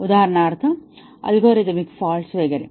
उदाहरणार्थ algorithmic faults वगैरे